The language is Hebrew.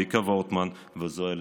ויקה וורטמן וזויה לויטין.